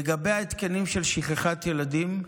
לגבי ההתקנים של שכחת ילדים,